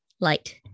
light